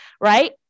Right